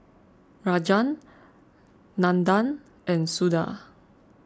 Rajan Nandan and Suda